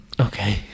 Okay